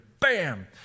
bam